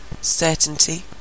certainty